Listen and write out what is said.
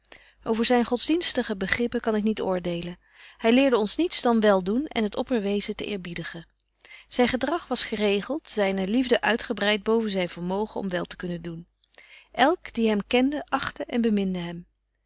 over zyne godsdienstige begrippen kan ik niet oordelen hy leerde ons niets dan weldoen en het opperwezen te eerbiedigen zyn gedrag was geregelt zyne liefde uitgebreit boven zyn vermogen om wel te kunnen doen elk die hem kende achtte en